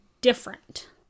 different